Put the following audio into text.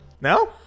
No